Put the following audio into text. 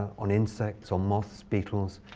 on insects, on moths, beetles.